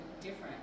different